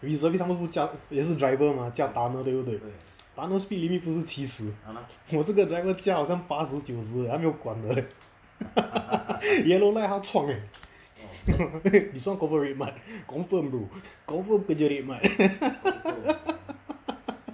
reservist 他们都驾也是 driver mah 驾 tunnel 对不对 tunnel speed limit 不是七十 我这个 driver 驾好像八十九十他没有管的 leh yellow light 他撞 eh then you 说 confirm red mart confirm bro confirm pager red mart